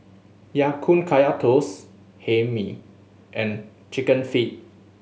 Ya Kun Kaya Toast Hae Mee and Chicken Feet